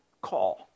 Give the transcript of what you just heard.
call